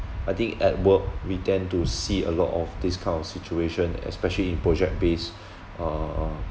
I think at work we tend to see a lot of this kind of situation especially in project based uh uh uh